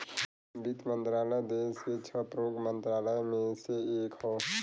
वित्त मंत्रालय देस के छह प्रमुख मंत्रालय में से एक हौ